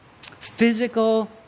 physical